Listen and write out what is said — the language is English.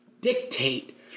dictate